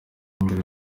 mbere